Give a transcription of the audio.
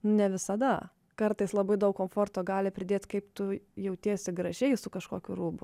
ne visada kartais labai daug komforto gali pridėt kaip tu jautiesi gražiai su kažkokiu rūbu